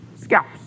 scalps